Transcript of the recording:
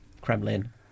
Kremlin